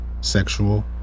sexual